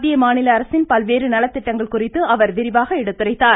மத்திய மாநில அரசின் பல்வேறு நலத்திட்டங்கள் குறித்து அவர் விரிவாக எடுத்துரைத்தார்